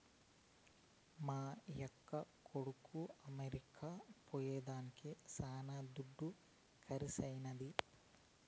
మా యక్క కొడుకు అమెరికా పోయేదానికి శానా దుడ్డు కర్సైనాది